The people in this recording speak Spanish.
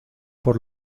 por